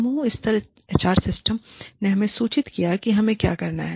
समूह स्तर HR system ने हमें सूचित किया है कि हमें क्या करना है